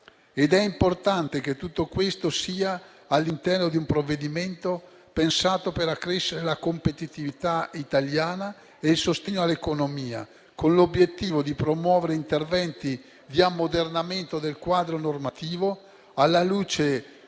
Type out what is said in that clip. È importante che tutto questo sia all'interno di un provvedimento pensato per accrescere la competitività italiana e il sostegno all'economia, con l'obiettivo di promuovere interventi di ammodernamento del quadro normativo, alla luce delle